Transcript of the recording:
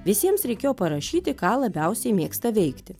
visiems reikėjo parašyti ką labiausiai mėgsta veikti